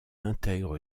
intègre